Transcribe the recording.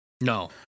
No